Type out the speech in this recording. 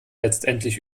letztendlich